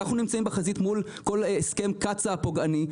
אנחנו נמצאים בחזית מול הסכם קצא"א הפוגעני.